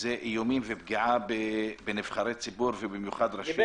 שאלה איומים ופגיעה בנבחרי ציבור ובמיוחד ראשי ערים.